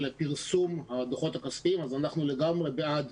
פרסום הדוחות הכספיים: אנחנו לגמרי בעד